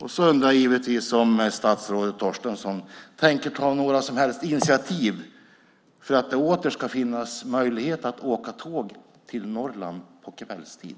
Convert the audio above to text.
Jag undrar givetvis om statsrådet Torstensson tänker ta några som helst initiativ för att det åter ska finnas möjlighet att åka tåg till Norrland på kvällstid.